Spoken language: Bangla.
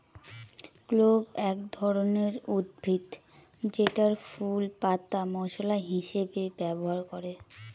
ক্লোভ এক ধরনের উদ্ভিদ যেটার ফুল, পাতা মশলা হিসেবে ব্যবহার করে